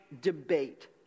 debate